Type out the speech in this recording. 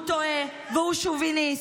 הוא טועה והוא שוביניסט,